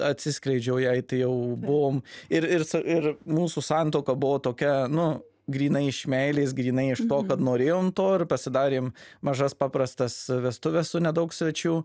atsiskleidžiau jei tai jau buvom ir ir ir mūsų santuoka buvo tokia nu grynai iš meilės grynai iš to kad norėjom to ir pasidarėm mažas paprastas vestuves su nedaug svečių